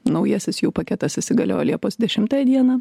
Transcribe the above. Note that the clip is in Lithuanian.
naujasis jų paketas įsigaliojo liepos dešimtąją dieną